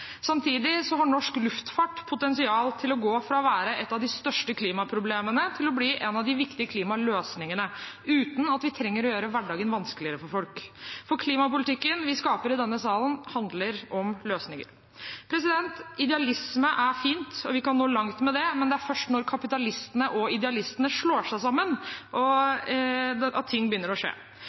Samtidig har norsk luftfart potensial til å gå fra å være et av de største klimaproblemene til å bli en av de viktige klimaløsningene, uten at vi trenger å gjøre hverdagen vanskeligere for folk. For klimapolitikken vi skaper i denne salen, handler om løsninger. Idealisme er fint, og vi kan nå langt med det, men det er først når kapitalistene og idealistene slår seg sammen, ting begynner å skje.